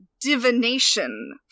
divination